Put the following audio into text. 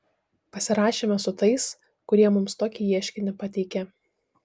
pasirašėme su tais kurie mums tokį ieškinį pateikė